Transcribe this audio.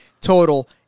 total